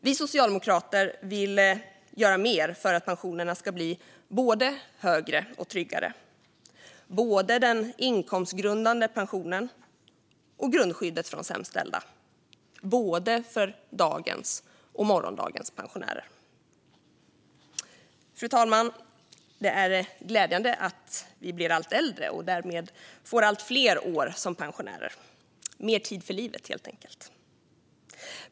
Vi socialdemokrater vill göra mer för att pensionerna ska bli både högre och tryggare, såväl den inkomstgrundade pensionen som grundskyddet för de sämst ställda, för både dagens och morgondagens pensionärer. Fru talman! Det är glädjande att vi blir allt äldre och därmed får allt fler år som pensionärer - mer tid för livet, helt enkelt.